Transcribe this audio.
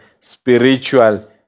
spiritual